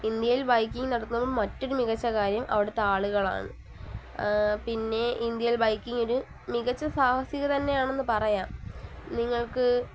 ഇന്ത്യയിൽ ബൈക്കിംഗ് നടത്തുമ്പോൾ മറ്റൊരു മികച്ച കാര്യം അവിടുത്തെ ആളുകളാണ് പിന്നെ ഇന്ത്യയിൽ ബൈക്കിംഗ് ഒരു മികച്ച സാഹസികത തന്നെയാണെന്ന് പറയാം നിങ്ങൾക്ക്